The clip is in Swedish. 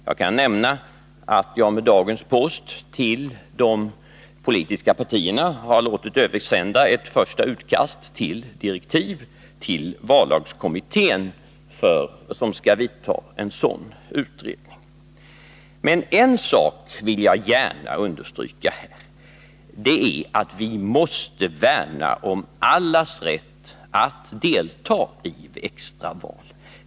Jag kan nämna att jag med dagens post till de politiska partierna har låtit översända ett första utkast till direktiv till vallagskommittén, som skall göra en sådan utredning. Men jag vill gärna understryka en sak. Det är att vi måste värna om allas rätt att delta i ett extra val.